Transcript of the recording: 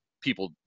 people